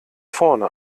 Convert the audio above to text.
vorne